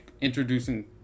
Introducing